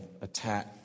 attack